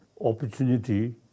opportunity